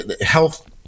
health